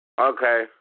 Okay